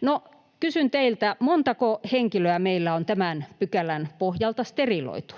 No, kysyn teiltä: montako henkilöä meillä on tämän pykälän pohjalta steriloitu?